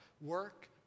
work